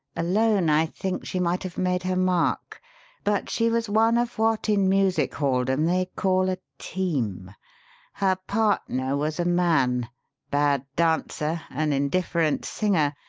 alone, i think she might have made her mark but she was one of what in music-halldom they call a team her partner was a man bad dancer, an indifferent singer,